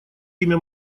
имя